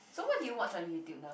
so what do you watch on YouTube nowadays